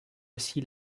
aussi